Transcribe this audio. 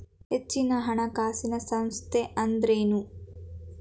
ಹೆಚ್ಚಿನ ಹಣಕಾಸಿನ ಸಂಸ್ಥಾ ಅಂದ್ರೇನು?